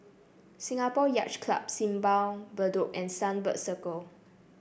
Singapore Yacht Club Simpang Bedok and Sunbird Circle